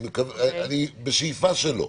אני בשאיפה שלא.